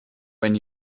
when